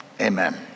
Amen